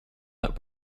that